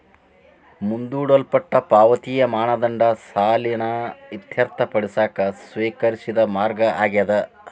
ಮುಂದೂಡಲ್ಪಟ್ಟ ಪಾವತಿಯ ಮಾನದಂಡ ಸಾಲನ ಇತ್ಯರ್ಥಪಡಿಸಕ ಸ್ವೇಕರಿಸಿದ ಮಾರ್ಗ ಆಗ್ಯಾದ